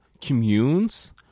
communes